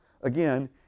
again